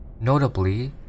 Notably